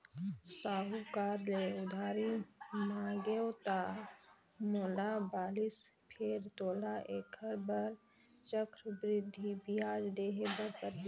साहूकार ले उधारी मांगेंव त मोला बालिस फेर तोला ऐखर बर चक्रबृद्धि बियाज देहे बर परही